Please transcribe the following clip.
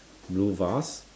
blue vase